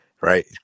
right